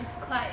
it's quite